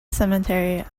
cemetery